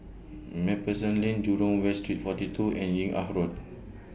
MacPherson Lane Jurong West Street forty two and Yung An Road